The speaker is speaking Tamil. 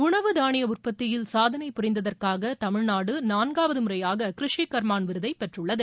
உணவு தானிய உற்பத்தியில் சாதனை புரிந்ததற்காக தமிழ்நாடு நான்காவது முறையாக கிருஷிகர்மான் விருதை பெற்றுள்ளது